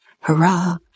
hurrah